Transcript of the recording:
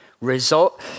Result